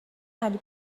علی